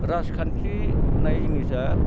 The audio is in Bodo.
राजखान्थि होन्नाय जिनिसआ